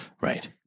Right